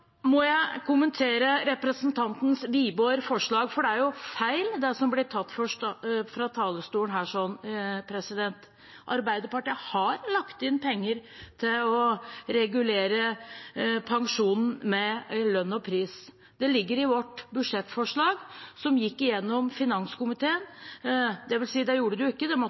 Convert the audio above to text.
må jeg kommentere representanten Wiborgs forslag, for det er jo feil det som blir sagt fra talerstolen. Arbeiderpartiet har lagt inn penger til å regulere pensjonen med lønn og pris. Det ligger i vårt budsjettforslag, som gikk gjennom finanskomiteen – dvs. det gjorde det jo ikke, det